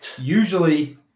Usually